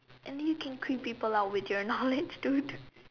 and you can creep people lah with your knowledge dude